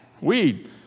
weed